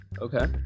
Okay